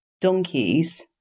donkeys